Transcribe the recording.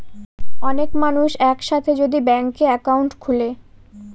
অনেক মানুষ এক সাথে যদি ব্যাংকে একাউন্ট খুলে